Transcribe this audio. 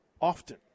often